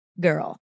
girl